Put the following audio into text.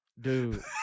Dude